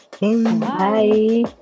bye